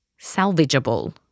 salvageable